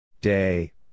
Day